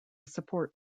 support